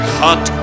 hot